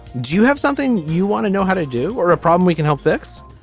do you have something you want to know how to do. or a problem we can help fix.